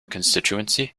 constituency